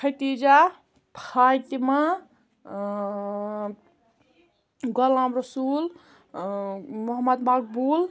Khadija Fatima Ghulam Rasool Muhammad Maqbool